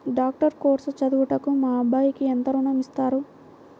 Doctor course చదువుటకు మా అబ్బాయికి ఎంత ఋణం ఇస్తారు?